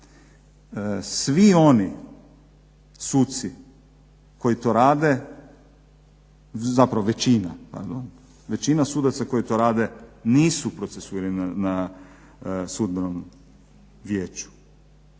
Svi oni suci koji to rade zapravo većina, pardon, većina sudaca koji to rade nisu procesuirani na Sudbenom vijeću.